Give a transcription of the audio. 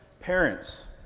Parents